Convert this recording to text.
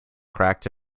cracked